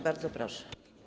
Bardzo proszę.